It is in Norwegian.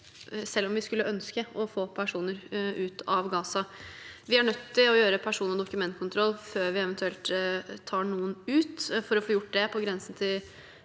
selv om vi skulle ønske å få personer ut av Gaza. Vi er nødt til å gjøre personlig dokumentkontroll før vi eventuelt tar noen ut. For å få gjort det på grensen til